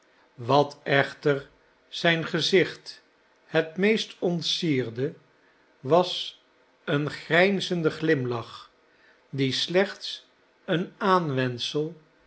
wat echter zijn gezicht het meest ontsierde was een grijnzende glimlach die slechts een